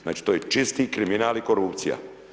Znači to je čisti kriminal i korupcija.